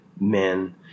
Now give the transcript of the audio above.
men